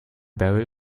barrel